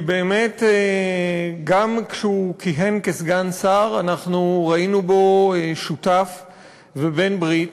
כי באמת גם כשהוא כיהן כסגן שר אנחנו ראינו בו שותף ובעל-ברית,